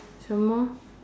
some more